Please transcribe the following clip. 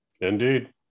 indeed